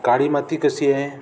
काळी माती कशी आहे